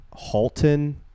Halton